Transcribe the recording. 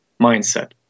mindset